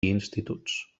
instituts